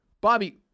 Bobby